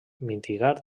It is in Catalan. mitigar